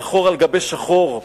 שחור על גבי שחור,